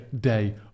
day